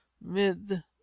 mid